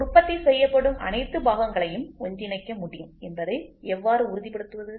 உற்பத்தி செய்யப்படும் அனைத்து பாகங்களையும் ஒன்றிணைக்க முடியும் என்பதை எவ்வாறு உறுதிப்படுத்துவது